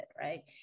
right